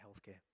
healthcare